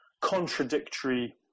contradictory